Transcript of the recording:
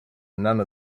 none